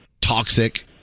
toxic